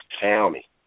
County